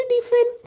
different